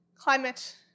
Climate